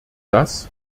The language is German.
das